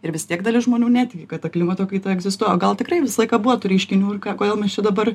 ir vis tiek dalis žmonių netiki kad klimato kaita egzistuoja gal tikrai visą laiką buvo tų reiškinių ir kodėl mes čia dabar